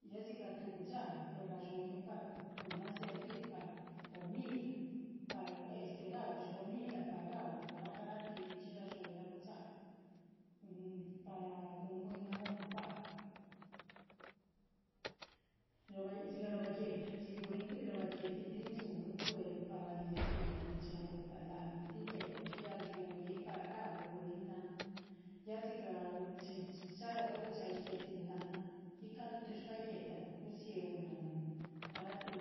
Ya siga tu gu´dxaruh ra´dxuyin par runnan servir par comida, par gahulu sxhcomidaru, par ga´uluh gasxheti nicxhí ra´dxuyi gu´dxaru, par gun buiinnan ocupar. siga rohba guéhta, rzi buiinn- to rohba guéhta tiin rsun cueru par ruin sxguétaru par chin ruetulu ruin lanah, tin guéhtachi ra´dxuyin par gahu buiinnan ya siga shxín sxhalo gagusxhaíru sxguétinru, guicarú tush paiguetínru ghuseuro lonh.